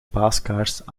paaskaars